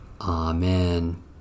Amen